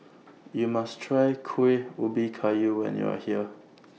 YOU must Try Kuih Ubi Kayu when YOU Are here